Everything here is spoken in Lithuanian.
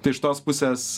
tai iš tos pusės